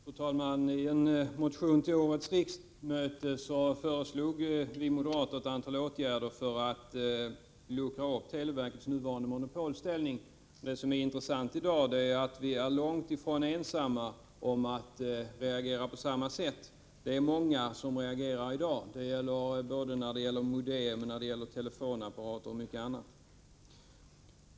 Fru talman! I en motion till årets riksmöte föreslog vi moderater ett antal åtgärder för att luckra upp televerkets nuvarande monopolställning. Det intressanta är att vi i dag är långt ifrån ensamma om att reagera som vi gör. Många reagerar i dag mot televerkets monopolställning, när det gäller modem, telefonapparater och mycket annat.